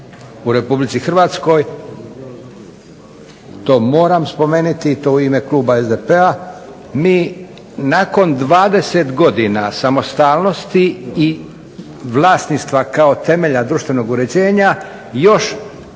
inače vlasništva u RH, to moram spomenuti i to u ime kluba SDP-a, mi nakon 20 godina samostalnosti i vlasništva kao temelja društvenog uređenja još nismo